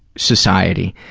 society,